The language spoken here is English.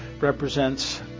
represents